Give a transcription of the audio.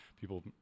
people